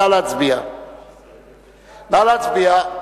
נא להצביע.